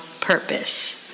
purpose